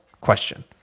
question